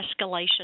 escalation